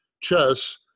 chess